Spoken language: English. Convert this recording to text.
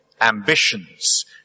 ambitions